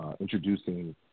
introducing